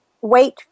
wait